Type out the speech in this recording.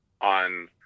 on